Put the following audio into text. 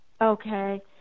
Okay